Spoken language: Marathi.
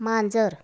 मांजर